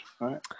right